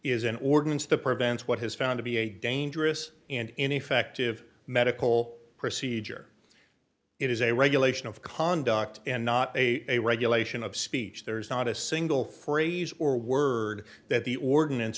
is an ordinance that prevents what has found to be a dangerous and ineffective medical procedure it is a regulation of conduct and not a regulation of speech there is not a single phrase or word that the ordinance